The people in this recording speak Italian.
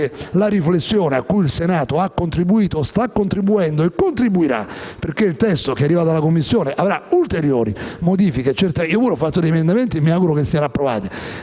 alla riflessione cui il Senato ha contribuito, sta contribuendo e contribuirà, perché il testo arrivato dalla Commissione avrà ulteriori modifiche. Io ho presentato emendamenti che mi auguro vengano approvati.